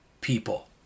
people